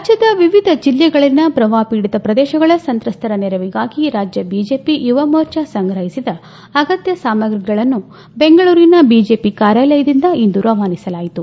ರಾಜ್ಞದ ವಿವಿಧ ಜಲ್ಲೆಗಳಲ್ಲಿನ ಪ್ರವಾಪ ಪೀಡಿತ ಪ್ರದೇಶಗಳ ಸಂತ್ರಸ್ತರ ನೆರವಿಗಾಗಿ ರಾಜ್ಞ ಬಿಜೆಪಿ ಯುವ ಮೋರ್ಚಾ ಸಂಗ್ರಹಿಸಿದ ಅಗತ್ಯ ಸಾಮ್ರಿಗಳನ್ನು ಬೆಂಗಳೂರಿನ ಬಿಜೆಪಿ ಕಾರ್ಯಾಲಯದಿಂದ ಇಂದು ರವಾನಿಸಲಾಯಿತು